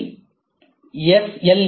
M L S